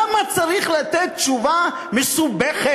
למה צריך לתת תשובה מסובכת?